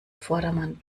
vordermann